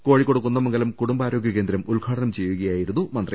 കോഴി ക്കോട് കുന്ദമംഗലം കുടുംബാരോഗ്യ കേന്ദ്രം ഉദ്ഘാടനം ചെയ്യുകയായി രുന്നു മന്ത്രി